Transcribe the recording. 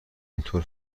اینطور